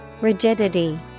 Rigidity